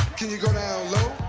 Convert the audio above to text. can you go down low?